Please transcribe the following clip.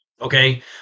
Okay